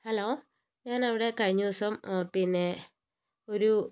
hello ഞാനവിടെ കഴിഞ്ഞ ദിവസം ആ പിന്നെ ഒരു